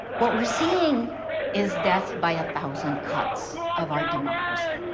what we're seeing is death by a thousand cuts of our democracy,